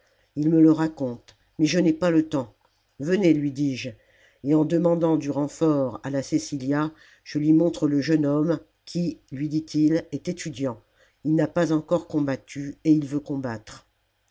il me le raconte mais je n'ai pas le temps venez lui dis-je et en demandant du renfort à la cecillia je lui montre le jeune homme qui lui dit-il est étudiant il n'a pas encore combattu et il veut combattre